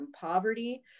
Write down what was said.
poverty